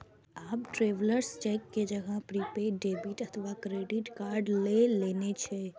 आब travellers cheque के जगह प्रीपेड डेबिट अथवा क्रेडिट कार्ड लए लेने छै